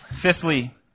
Fifthly